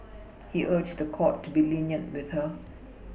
he urged the court to be lenient with her